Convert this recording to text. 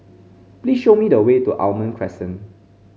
please show me the way to Almond Crescent